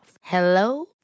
Hello